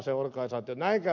näin käy aina